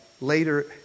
later